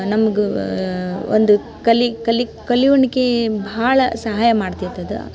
ನಮ್ಗೆ ಒಂದು ಕಲಿ ಕಲಿ ಕಲಿಯುಣಿಕೇ ಭಾಳ ಸಹಾಯ ಮಾಡ್ತೈತೆ ಅದು